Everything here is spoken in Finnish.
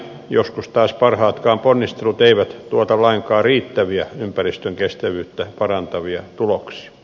joskus taas parhaatkaan ponnistelut eivät tuota lainkaan riittäviä ympäristön kestävyyttä parantavia tuloksia